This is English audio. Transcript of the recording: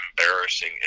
embarrassing